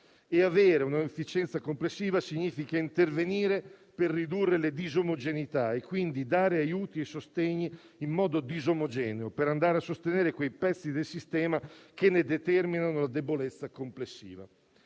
avere un'efficienza complessiva, il che significa intervenire per ridurre le disomogeneità e quindi dare aiuti e sostegni in modo disomogeneo per andare a sostenere quei pezzi del sistema che ne determinano la debolezza complessiva.